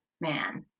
man